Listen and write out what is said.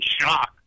shock